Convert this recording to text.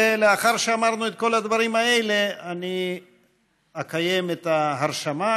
ולאחר שאמרנו את כל הדברים האלה אני אקיים את ההרשמה,